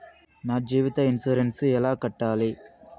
నా జీవిత ఇన్సూరెన్సు ఎలా కట్టాలి?